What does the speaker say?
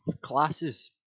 classes